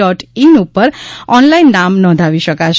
dot in ઉપર online નામ નોંધાવી શકાશે